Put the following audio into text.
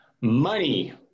Money